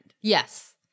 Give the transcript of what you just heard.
Yes